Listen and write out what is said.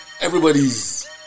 Everybody's